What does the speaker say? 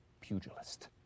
pugilist